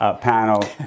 panel